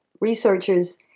researchers